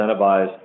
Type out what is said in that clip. incentivize